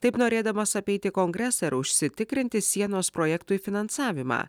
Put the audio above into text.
taip norėdamas apeiti kongresą ir užsitikrinti sienos projektui finansavimą